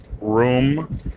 room